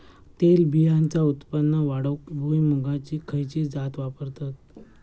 तेलबियांचा उत्पन्न वाढवूक भुईमूगाची खयची जात वापरतत?